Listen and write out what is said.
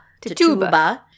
Tatuba